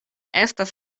estas